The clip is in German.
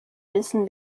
wissen